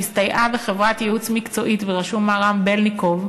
שהסתייעה בחברת ייעוץ מקצועית בראשות מר רם בלינקוב,